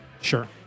sure